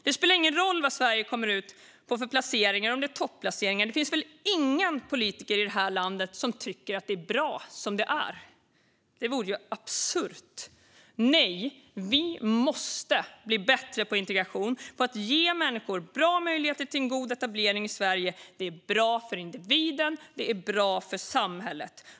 Det spelar ingen roll vad Sverige får för placeringar, om det är topplaceringar, för det finns väl ingen politiker i det här landet som tycker att det är bra som det är. Det vore ju absurt. Nej, vi måste bli bättre på integration, på att ge människor bra möjligheter till en god etablering i Sverige. Det är bra för individen, och det är bra för samhället.